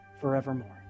forevermore